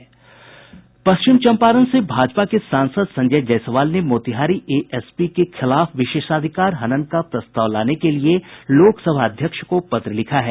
पश्चिम चंपारण से भाजपा के सांसद संजय जायसवाल ने मोतिहारी एएसपी के खिलाफ विशेषाधिकार हनन का प्रस्ताव लाने के लिए लोकसभा अध्यक्ष को पत्र लिखा है